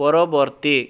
ପରବର୍ତ୍ତୀ